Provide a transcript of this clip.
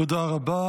תודה רבה.